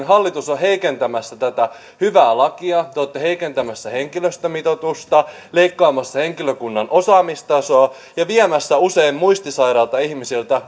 hallitus on heikentämässä tätä hyvää lakia te olette heikentämässä henkilöstömitoitusta leikkaamassa henkilökunnan osaamistasoa ja viemässä usein muistisairailta ihmisiltä